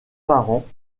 parents